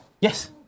Yes